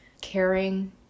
caring